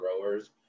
growers